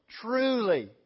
Truly